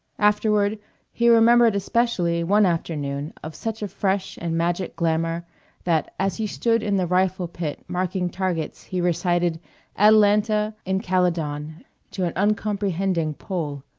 afterward he remembered especially one afternoon of such a fresh and magic glamour that as he stood in the rifle-pit marking targets he recited atalanta in calydon to an uncomprehending pole,